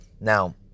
Now